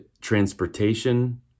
transportation